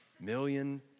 million